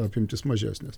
apimtys mažesnės